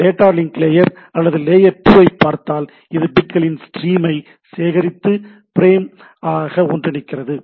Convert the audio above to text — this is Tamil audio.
டேட்டா லிங்க் லேயர் அல்லது லேயர் 2 ஐ பார்த்தால் இது பிட்களின் ஸ்ட்ரீமை சேகரித்து ஃபிரேம் ஆக ஒன்றினைக்கிறது